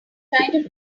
kind